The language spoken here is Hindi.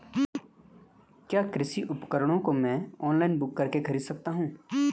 क्या कृषि उपकरणों को मैं ऑनलाइन बुक करके खरीद सकता हूँ?